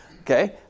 Okay